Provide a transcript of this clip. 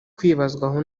kwibazwaho